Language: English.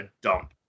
dump